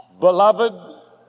Beloved